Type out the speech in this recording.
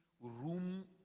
room